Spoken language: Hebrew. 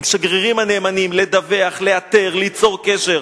השגרירים הנאמנים, לדווח, לאתר, ליצור קשר.